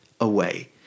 away